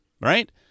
right